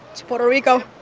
it's puerto rico.